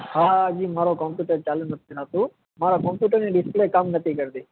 હા હજી મારો કમ્પ્યુટર ચાલું નથી થાતું મારા કમ્પ્યુટરની ડીસ્પ્લે કામ નથી કરતી